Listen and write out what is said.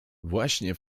właśnie